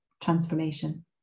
transformation